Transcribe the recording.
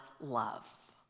love